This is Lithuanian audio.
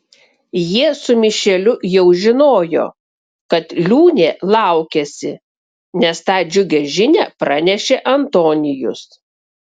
jie su mišeliu jau žinojo kad liūnė laukiasi nes tą džiugią žinią pranešė antonijus